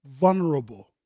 vulnerable